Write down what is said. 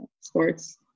sports